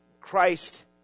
Christ